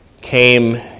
came